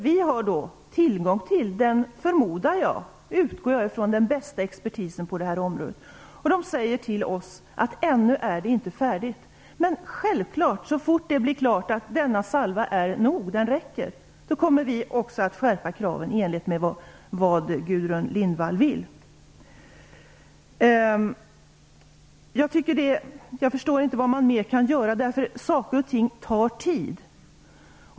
Vi har tillgång till vad jag förmodar är den bästa expertisen på det här området. Den säger till oss att detta ännu inte är färdigt. Men så fort det blir klart att denna salva är nog, att den räcker, så kommer vi självklart att skärpa kraven i enlighet med vad Gudrun Jag förstår inte vad man mer kan göra. Saker och ting tar tid.